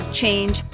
change